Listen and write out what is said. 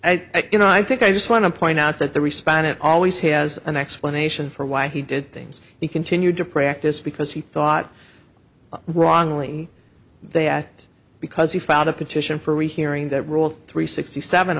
i you know i think i just want to point out that the respondent always has an explanation for why he did things he continued to practice because he thought wrongly they act because he filed a petition for rehearing that rule three sixty seven